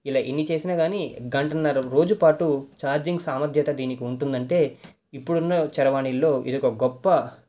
ఇలా ఎన్ని చేసినా గాని గంటన్నర రోజు పాటు ఛార్జింగ్ సామర్థ్యత దీనికుంటుందంటే ఇప్పుడున్న చరవాణిల్లో ఇది ఒక గొప్ప